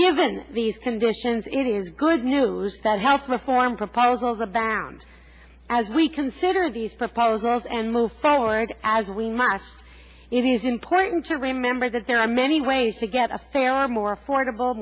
given these conditions it is good news that health reform proposals abound as we consider these proposals and move forward as we must it is important to remember that there are many ways to get a fairer more affordable